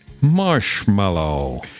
Marshmallow